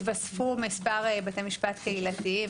התווספו כמה בתי משפט קהילתיים,